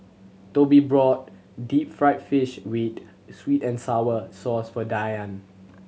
Tobie brought deep fried fish with sweet and sour sauce for Dyan